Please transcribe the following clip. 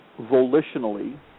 volitionally